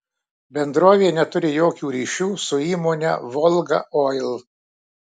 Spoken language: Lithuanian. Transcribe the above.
bendrovė neturi jokių ryšių su įmone volga oil